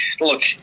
look